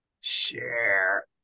Share